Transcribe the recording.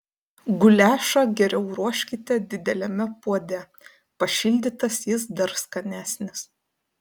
guliašą geriau ruoškite dideliame puode pašildytas jis dar skanesnis